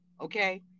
okay